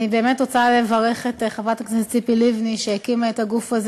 אני באמת רוצה לברך את חברת הכנסת לבני שהקימה את הגוף הזה.